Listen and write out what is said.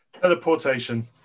Teleportation